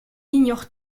ignore